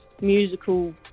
musical